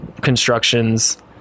constructions